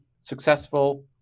successful